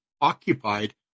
occupied